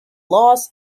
laws